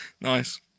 Nice